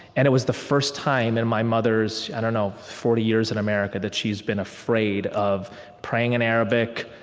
and it was the first time in my mother's, i don't know, forty years in america that she's been afraid of praying in arabic,